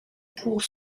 pour